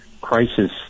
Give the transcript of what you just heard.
crisis